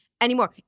anymore